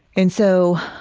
and so